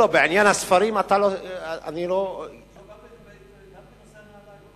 לא, לא, בעניין הספרים אני לא, גם בנושא הנעליים.